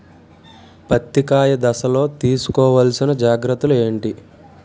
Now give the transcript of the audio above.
పత్తి కాయ దశ లొ తీసుకోవల్సిన జాగ్రత్తలు ఏంటి?